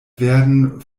werden